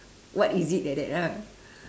what is it like that lah